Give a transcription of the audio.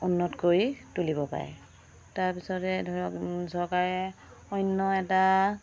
উন্নত কৰি তুলিব পাৰে তাৰ পিছতে ধৰক চৰকাৰে অন্য এটা